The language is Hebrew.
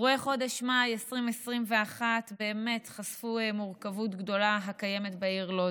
אירועי חודש מאי 2021 חשפו מורכבות גדולה שקיימת בעיר לוד,